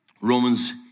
Romans